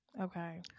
okay